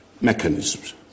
mechanisms